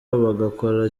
bagakora